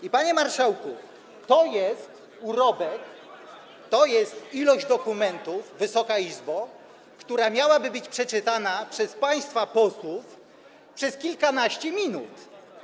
I, panie marszałku, to jest urobek, to jest ta ilość dokumentów, Wysoka Izbo, która miałaby być przeczytana przez państwa posłów przez kilkanaście minut.